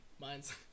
Mine's